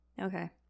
Okay